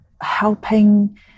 helping